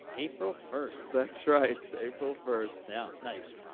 april first. that's right, april first. yeah nice.